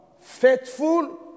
faithful